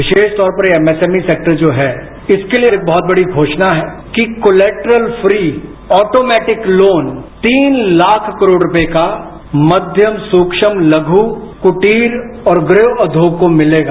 विरोष तौर पर एमएसएमई सेक्टर जो है इसके लिए एक बहुत बड़ी घोषणा है कि कोलेटरल फ्री ऑटोमेटिक लोन तीन लाख करोड़ रूपये का मध्यम सूक्ष्म लघु कुटीर और गृह उद्योगों को मिलेगा